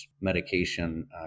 medication